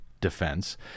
defense